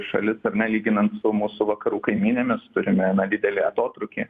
šalis ar ne lyginant su mūsų vakarų kaimynėmis turime na didelį atotrūkį